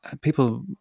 people